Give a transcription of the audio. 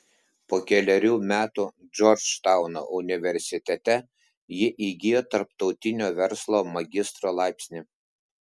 po kelerių metų džordžtauno universitete ji įgijo tarptautinio verslo magistro laipsnį